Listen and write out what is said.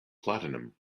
platinum